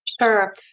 Sure